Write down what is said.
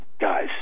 guys